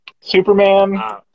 Superman